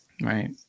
Right